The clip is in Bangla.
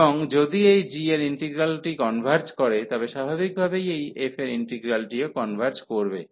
এবং যদি এই g এর ইন্টিগ্রালটি কনভার্জ করে তবে স্বাভাবিকভাবেই এই f এর ইন্টিগ্রালটিও কনভার্জ করবে